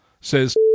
says